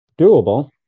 doable